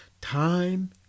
time